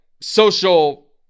social